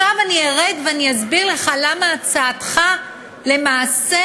עכשיו ארד ואסביר לך למה בהצעתך למעשה